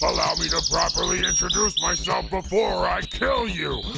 allow me to properly introduce myself before i kill you.